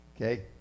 Okay